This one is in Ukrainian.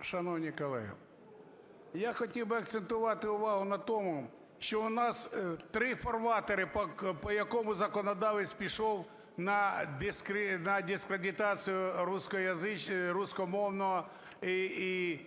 Шановні колеги, я хотів би акцентувати увагу на тому, що в нас три фарватери, по якому законодавець пішов на дискредитацію руськомовного і